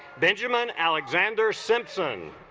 benjamin alexander simpson